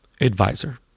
advisor